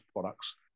products